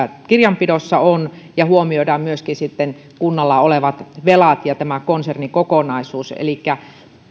kirjanpidossa on ja huomioidaan myöskin kunnalla olevat velat ja tämä konsernikokonaisuus elikkä